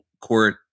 court